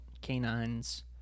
canines